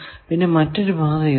പിന്നെ മറ്റൊരു പാത ഇതാണ്